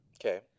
Okay